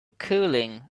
cooling